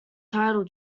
title